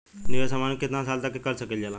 निवेश हमहन के कितना साल तक के सकीलाजा?